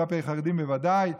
כלפי חרדים בוודאי,